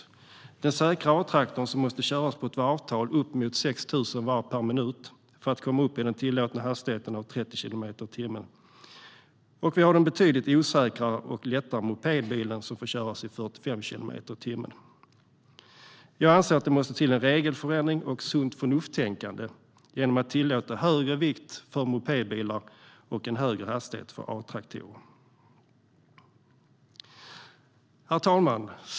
Vi har den säkra A-traktorn, som måste köras på ett varvtal på uppemot 6 000 varv per minut för att komma upp i den tillåtna hastigheten av 30 kilometer i timmen, och vi har den betydligt osäkrare och lättare mopedbilen, som får köras i 45 kilometer i timmen. Jag anser att det måste till en regelförändring och ett sunt-förnuft-tänkande så att man tillåter högre vikt för mopedbilar och högre hastighet för A-traktorer. Herr talman!